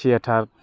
theatre